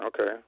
okay